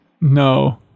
No